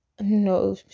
No